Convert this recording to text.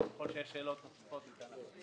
ככל שיש שאלות נוספות, נענה עליהן.